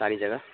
ساری جگہ